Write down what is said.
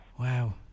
Wow